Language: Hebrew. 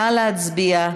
נא להצביע.